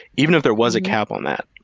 even if there was a cap on that,